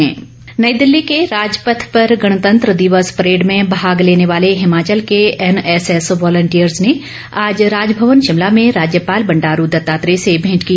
राज्यपाल नई दिल्ली के राजपथ पर गणतंत्र दिवस परेड में भाग लेने वाले हिमाचल के एनएसएस वॉलंटियर्ज़ ने आज राजभवन शिमला में राज्यपाल बंडारू दत्तात्रेय से भेंट की